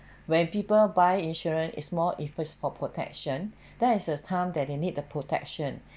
when people buy insurance is more is first for protection that is the time that they need the protection